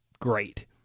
Great